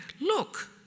look